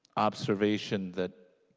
observation that